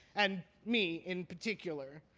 and me in particular.